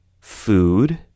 food